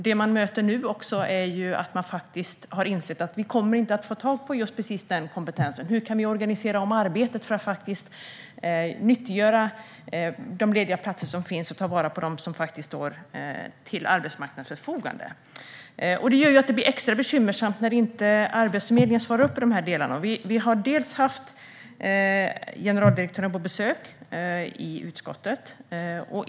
Det man möter nu är att de har insett att de inte kommer att få tag på just den kompetensen. Hur kan vi organisera om arbetet för att nyttiggöra de lediga platser som finns och ta vara på dem som står till arbetsmarknadens förfogande? Det gör att det blir extra bekymmersamt när Arbetsförmedlingen inte svarar upp i de delarna. Vi har haft generaldirektören på besök i utskottet.